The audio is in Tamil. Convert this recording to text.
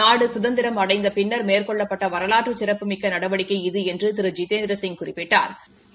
நாடு சுதந்திரம் அடைந்த பின்னர் மேற்கொள்ளப்பட்ட வரலாற்று சிறப்புமிக்க நடவடிக்கை இது என்று திரு ஜிதேந்திரசிங் குறிப்பிட்டாா்